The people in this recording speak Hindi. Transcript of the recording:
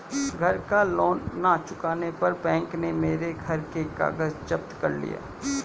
घर का लोन ना चुकाने पर बैंक ने मेरे घर के कागज जप्त कर लिए